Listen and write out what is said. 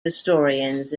historians